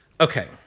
Okay